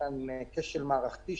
כשל מערכתי,